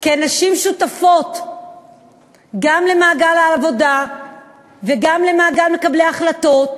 כי הנשים שותפות גם למעגל העבודה וגם למעגל מקבלי ההחלטות,